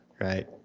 Right